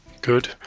good